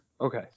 Okay